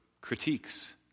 critiques